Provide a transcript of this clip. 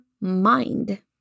mind